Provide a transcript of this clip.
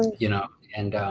you know, and